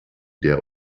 der